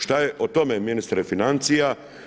Šta je o tome ministre financija?